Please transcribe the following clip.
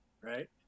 right